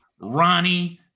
Ronnie